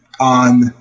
on